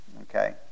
Okay